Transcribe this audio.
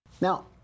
Now